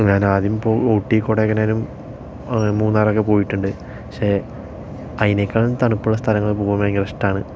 ഞാനാദ്യം പോ ഊട്ടിയും കൊടൈക്കനാലും മൂന്നാറൊക്കെ പോയിട്ടുണ്ട് പക്ഷെ അതിനേക്കാള് തണുപ്പുള്ള സ്ഥലങ്ങൾ പോകാന് ഭയങ്കര ഇഷ്ടമാണ്